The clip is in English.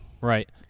right